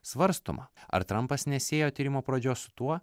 svarstoma ar trampas nesiejo tyrimo pradžios su tuo